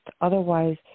Otherwise